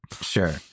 Sure